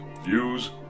views